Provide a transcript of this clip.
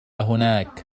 هناك